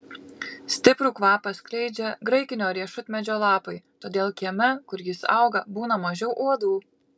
stiprų kvapą skleidžia graikinio riešutmedžio lapai todėl kieme kur jis auga būna mažiau uodų